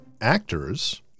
actors